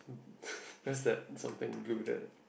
where's that something blue that